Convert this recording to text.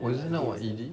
wasn't it our E_D